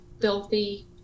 filthy